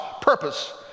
purpose